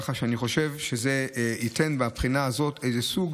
כך שאני חושב שזה ייתן מהבחינה הזאת סוג